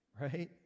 Right